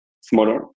smaller